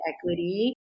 equity